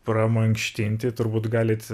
pramankštinti turbūt galit